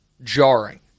jarring